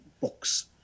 books